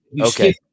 Okay